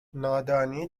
نادانی